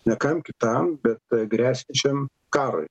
ne kam kitam bet gresiančiam karui